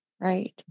right